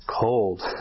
cold